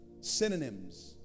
Synonyms